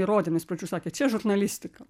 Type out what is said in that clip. įrodė nes iš pradžių sakė čia žurnalistika